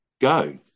go